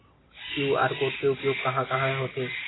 QR code के उपयोग कहां कहां होथे?